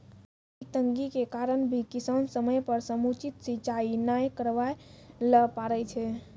आर्थिक तंगी के कारण भी किसान समय पर समुचित सिंचाई नाय करवाय ल पारै छै